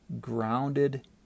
grounded